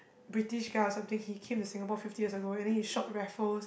British guy or something he came to Singapore fifty years ago and then he shot Raffles